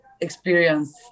experience